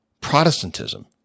Protestantism